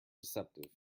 deceptive